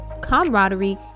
camaraderie